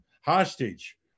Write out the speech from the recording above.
hostage